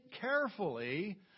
carefully